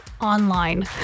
online